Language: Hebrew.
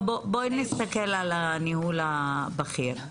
לא, בואי נסתכל על הניהול הבכיר.